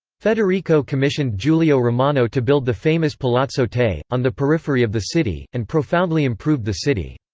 federico commissioned giulio romano to build the famous palazzo te, on the periphery of the city, and profoundly improved the city.